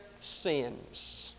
sins